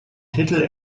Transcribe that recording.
titel